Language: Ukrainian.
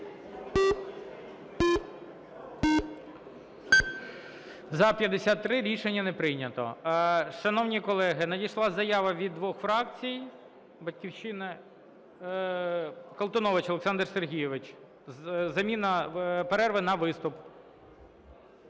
За-53 Рішення не прийнято. Шановні колеги, надійшла заява від двох фракцій – "Батьківщина"... Колтунович Олександр Сергійович. Заміна перерви на виступ.